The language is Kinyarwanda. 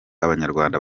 abanyarwanda